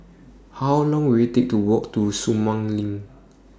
How Long Will IT Take to Walk to Sumang LINK